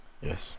yes